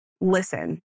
listen